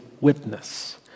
witness